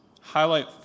highlight